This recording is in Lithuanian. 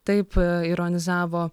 taip ironizavo